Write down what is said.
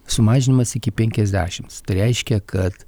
sumažinimas iki penkiasdešims reiškia kad